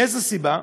מאיזו סיבה?